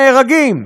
נהרגים.